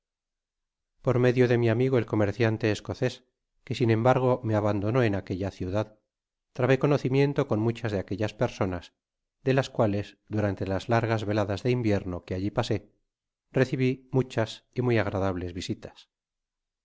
por medio de mi amigo el comerciante escocés que sin embargo me abandonó en aquella ciudad travé conocimiento con muchas de aquellas personas de las cuales durante las largas veladas de invierno que aili pasé recibi muchas y muy agradables visitas